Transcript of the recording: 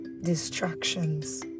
distractions